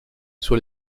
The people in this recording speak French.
sur